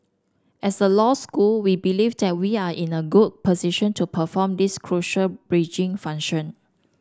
as a law school we believe that we are in a good position to perform this crucial bridging function